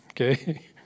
Okay